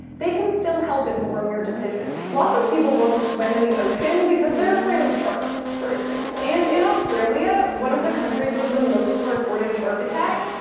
they can still help inform your decisions. lots of people won't swim in the ocean because they're afraid of sharks, for example. and in australia, one of the countries with the most recorded shark attacks,